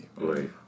Right